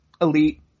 elite